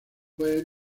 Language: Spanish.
fue